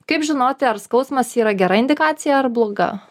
kaip žinoti ar skausmas yra gera indikacija ar bloga